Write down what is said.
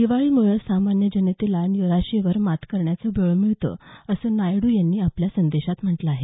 दिवाळीमुळे सामान्य जनतेला निराशेवर मात करण्याचं बळ मिळतं असं नायडू यांनी आपल्या संदेशात म्हटलं आहे